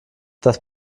das